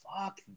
fuck